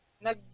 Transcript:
nag